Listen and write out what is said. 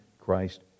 Christ